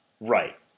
Right